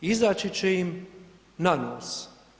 Izaći će im na nos.